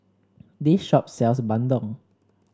this shop sells bandung